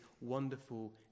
wonderful